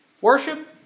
worship